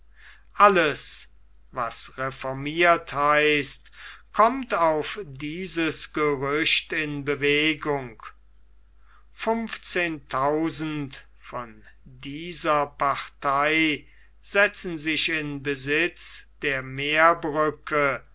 alles was reformiert heißt kommt auf dieses gerücht in bewegung fünfzehntausend von dieser partei setzen sich in besitz der